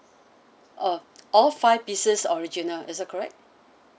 oh all five pieces original is it correct